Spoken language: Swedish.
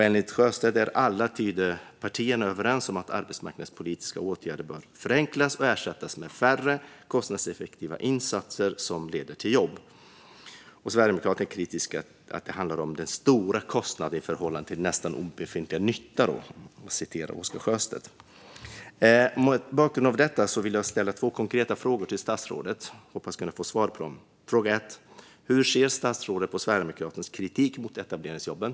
Enligt Sjöstedt är alla Tidöpartier överens om att arbetsmarknadspolitiska åtgärder bör förenklas och ersättas med färre, mer kostnadseffektiva insatser som leder till jobb. Sverigedemokraterna är kritiska på grund av "den stora kostnaden till nästintill obefintlig nytta", för att återigen citera Oscar Sjöstedt. Mot bakgrund av detta vill jag ställa två konkreta frågor till statsrådet, och jag hoppas kunna få svar på dem. Den första frågan är: Hur ser statsrådet på Sverigedemokraternas kritik mot etableringsjobben?